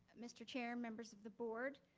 mr. chair, members of the board.